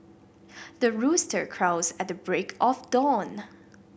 the rooster crows at the break of dawn